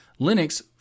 Linux